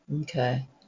okay